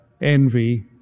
envy